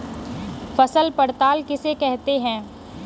फसल पड़ताल किसे कहते हैं?